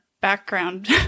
background